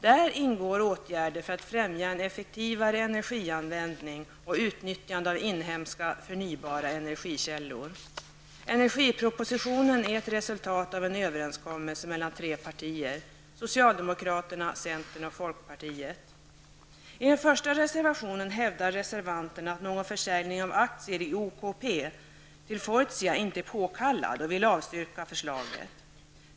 Där ingår åtgärder för att främja en effektivare energianvändning och utnyttjande av inhemska förnybara energikällor. Energipropositionen är ett resultat av en överenskommelse mellan tre partier, socialdemokraterna, centern och folkpartiet. I den första reservationen hävdar reservanterna att någon försäljning av aktier i OKP till Fortia inte är påkallad, och vill avstyrka förslaget.